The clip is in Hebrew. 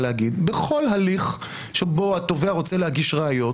להגיד שבכל הליך שבו התובע רוצה להגיש ראיות,